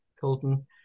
Colton